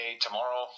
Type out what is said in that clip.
tomorrow